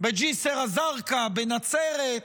בג'סר א-זרקא, בנצרת,